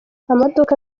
amaduka